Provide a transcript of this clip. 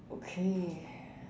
okay